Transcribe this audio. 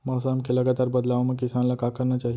मौसम के लगातार बदलाव मा किसान ला का करना चाही?